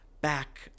back